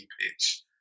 pitch